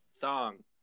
Song